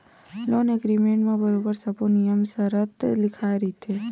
loan agreement म बरोबर सब्बो नियम सरत ह लिखाए रहिथे